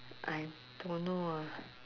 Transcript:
I don't know ah